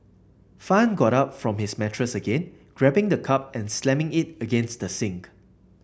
fan got up from his mattress again grabbing the cup and slamming it against the sink